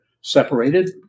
Separated